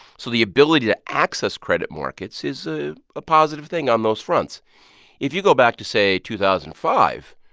so the ability to access credit markets is a ah positive thing on those fronts if you go back to, say, two thousand and five,